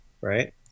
right